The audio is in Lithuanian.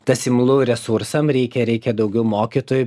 tas imlu resursam reikia reikia daugiau mokytojų